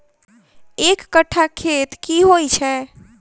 एक कट्ठा खेत की होइ छै?